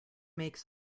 makes